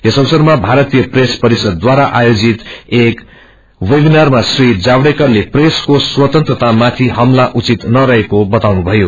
यस अवसरमा भारतीय प्रेस परिव्दद्वारा आयोजित एक वेबिनारमा श्री जावड्रेकरले प्रेसको स्वतन्त्रता माथि हमला उचित नरहेको बताउनुभयो